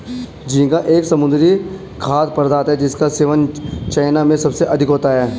झींगा एक समुद्री खाद्य पदार्थ है जिसका सेवन चाइना में सबसे अधिक होता है